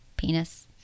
Penis